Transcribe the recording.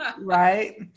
Right